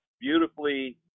beautifully